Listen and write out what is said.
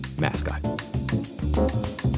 mascot